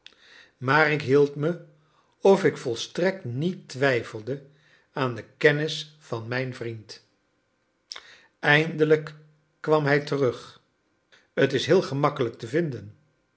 maar ik hield me of ik volstrekt niet twijfelde aan de kennis van mijn vriend eindelijk kwam hij terug t is heel gemakkelijk te vinden